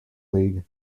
league